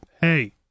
hey